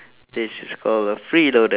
this is call a free loader